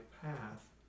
path